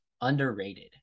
underrated